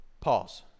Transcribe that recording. Pause